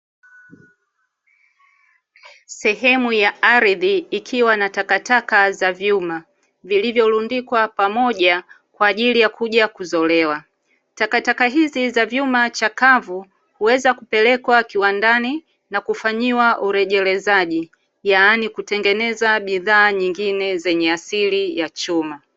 Sehemu ya ardhi ikiwa na takataka za vyuma vilivyorundikwa pamoja kwa ajili ya kuja kuzolewa. Takataka hizi za vyuma chakavu huweza kupelekwa kiwandani na kufanyiwa urejerezaji yaani kutengeneza bidhaa nyingine zenye asili ya chuma.